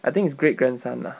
I think it's great grandson lah